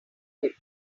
him